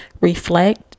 reflect